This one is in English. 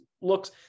looks